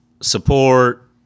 support